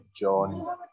John